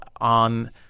on